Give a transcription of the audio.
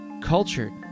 cultured